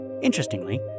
Interestingly